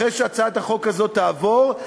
אחרי שהצעת החוק הזאת תעבור,